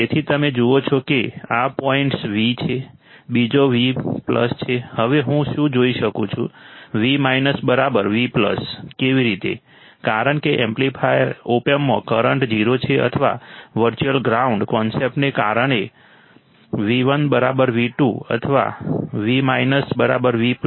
તેથી તમે જુઓ છો કે આ પોઈન્ટ્સ V છે બીજો V છે હવે હું શું જોઈ શકું છું V V કેવી રીતે કારણ કે ઓપએમ્પમાં કરંટ 0 છે અથવા વર્ચ્યુઅલ ગ્રાઉન્ડ કોન્સેપ્ટને કારણે V1 V2 અથવા V V